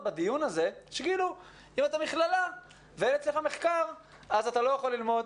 שאם אתה מכללה ואין אצלך מחקר אז אתה לא יכול ללמוד.